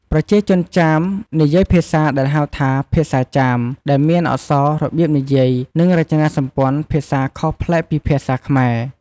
ប្រជាជនចាម និយាយភាសាដែលហៅថា ភាសាចាម ដែលមានអក្សរ របៀបនិយាយ និងរចនាសម្ព័ន្ធភាសាខុសប្លែកពីភាសាខ្មែរ។